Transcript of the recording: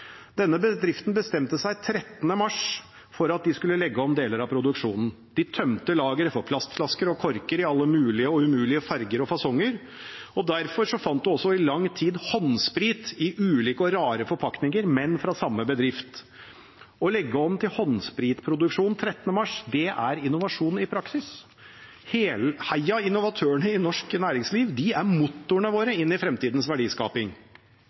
Denne bedriften bestemte seg 13. mars for at de skulle legge om deler av produksjonen. De tømte lageret for plastflasker og korker i alle mulige og umulige farger og fasonger. Derfor fant man også i lang tid håndsprit i ulike og rare forpakninger, men fra samme bedrift. Å legge om til håndspritproduksjon 13. mars er innovasjon i praksis. Heia innovatørene i norsk næringsliv! De er motorene våre inn i fremtidens verdiskaping.